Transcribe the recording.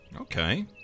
Okay